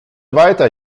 weiter